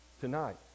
Tonight